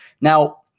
Now